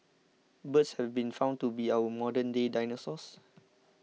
birds have been found to be our modernday dinosaurs